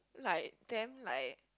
like damn like